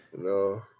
No